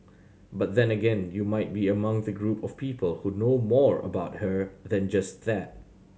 but then again you might be among the group of people who know more about her than just that